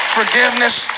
forgiveness